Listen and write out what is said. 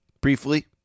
briefly